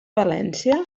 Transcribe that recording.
valència